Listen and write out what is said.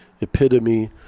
epitome